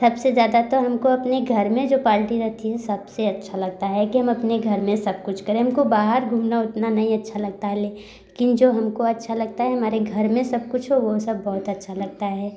सबसे ज़्यादा तो हमको अपने घर में जो पाल्टी रहती है सबसे अच्छा लगता है कि हम अपने घर में सब कुछ करें हमको बाहर घूमना उतना नहीं अच्छा लगता है ले किन जो हमको अच्छा लगता है हमारे घर में सब कुछ हो वो सब बहुत अच्छा लगता है